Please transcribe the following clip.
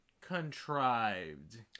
contrived